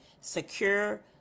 secure